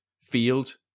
field